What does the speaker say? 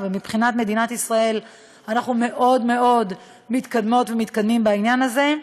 ומבחינת מדינת ישראל אנחנו מאוד מאוד מתקדמות ומתקדמים בעניין הזה.